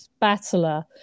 battler